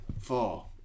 Four